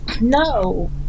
no